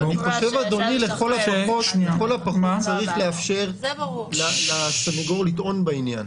לכל הפחות צריך לאפשר לסנגור לטעון בעניין.